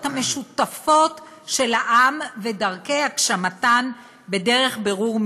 המשותפות של העם ודרכי הגשמתן בדרך הבירור,